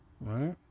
right